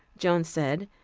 joan said,